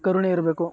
ಕರುಣೆ ಇರಬೇಕು